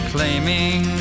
Claiming